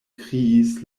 kriis